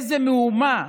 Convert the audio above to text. איזו מהומה